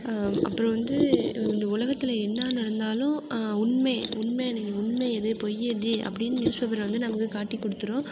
அப்புறம் வந்து இந்த உலகத்தில் என்ன நடந்தாலும் உண்மை உண்மை உண்மை எது பொய் எது அப்படின்னு நியூஸ் பேப்பர் வந்து நமக்கு காட்டி கொடுத்துடும்